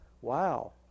Wow